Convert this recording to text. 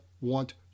want